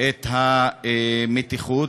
את המתיחות,